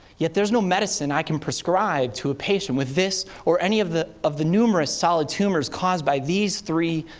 yet there's no medicine i can prescribe to a patient with this or any of the of the numerous solid tumors caused by these three.